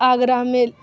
آگرہ میں